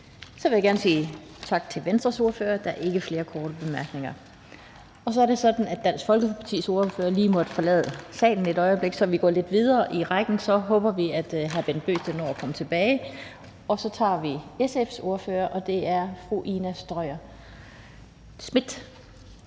Så vil jeg gerne sige tak til Venstres ordfører. Der er ikke flere korte bemærkninger. Det er sådan, at Dansk Folkepartis ordfører lige har måttet forlade salen et øjeblik, så vi går lidt videre i ordførerrækken, og så håber vi, at hr. Bent Bøgsted når at komme tilbage. Nu er det SF's ordfører, fru Ina Strøjer-Schmidt.